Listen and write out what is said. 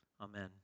Amen